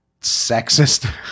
sexist